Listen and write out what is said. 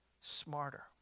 smarter